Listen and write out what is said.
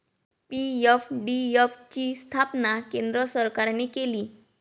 PFDF ची स्थापना केंद्र सरकारने केली